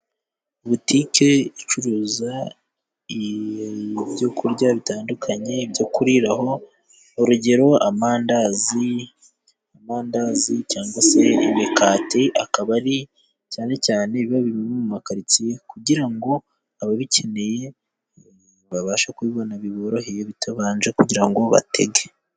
Butike icuruza ibyo kurya bitandukanye, ibyo kuriraho, urugero: Amandazi cyangwa se imikati, akaba ari cyane cyane ibiba biri mu makaritiye, kugira ngo ababikeneye babashe kubibona biboroheye, bitabanje kugira ngo batege.